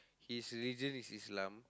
his religion is Islam